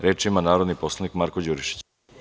Reč ima narodni poslanik Marko Đurišić.